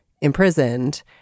imprisoned